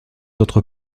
autres